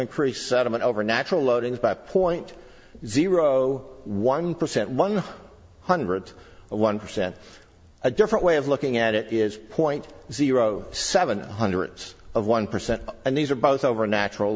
pre settlement over natural loading five point zero one percent one hundred one percent a different way of looking at it is point zero seven hundred of one percent and these are both over natural